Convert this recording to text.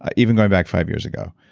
ah even going back five years ago.